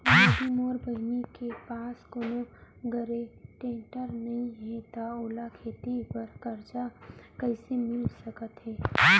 यदि मोर बहिनी के पास कोनो गरेंटेटर नई हे त ओला खेती बर कर्जा कईसे मिल सकत हे?